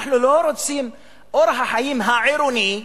אנחנו לא רוצים שאורח החיים ה"עירוני"